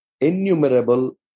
innumerable